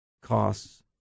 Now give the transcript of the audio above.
costs